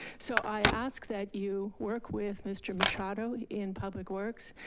so i ask that you work with mr. machado in public works,